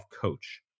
coach